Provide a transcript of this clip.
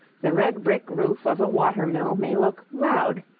the red brick roof of a water-mill may look loud,